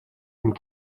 and